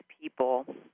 people